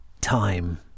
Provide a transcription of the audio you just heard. time